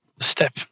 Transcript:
step